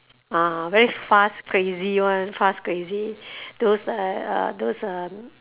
ah very fast crazy one fast crazy those uh uh those um